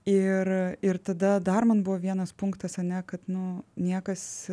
ir ir tada dar man buvo vienas punktas ane kad nu niekas